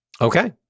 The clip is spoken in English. Okay